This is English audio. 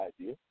idea